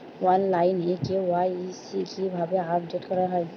অনলাইনে কে.ওয়াই.সি কিভাবে আপডেট করা হয়?